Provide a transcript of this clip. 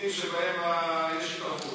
נושאים שבהם יש התערבות.